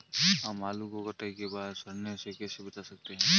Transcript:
हम आलू को कटाई के बाद सड़ने से कैसे बचा सकते हैं?